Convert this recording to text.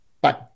Bye